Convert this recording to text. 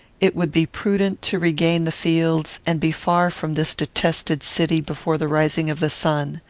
it would be prudent to regain the fields, and be far from this detested city before the rising of the sun.